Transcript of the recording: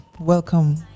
welcome